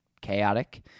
chaotic